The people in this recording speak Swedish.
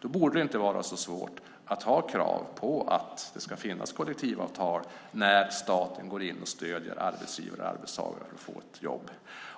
Då borde det inte vara så svårt att ha krav på att det ska finnas kollektivavtal när staten går in och stöder arbetsgivare och arbetstagare.